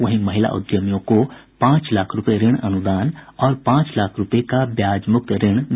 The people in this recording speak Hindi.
वहीं महिला उद्यमियों को पांच लाख रूपये ऋण अनुदान और पांच लाख रूपये का ब्याज मुक्त ऋण दिया जायेगा